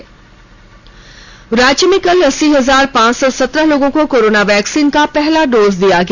राज्य में कल अस्सी हजार पांच सौ सत्रह लोगों को कोरोना वैक्सीन का पहला डोज दिया गया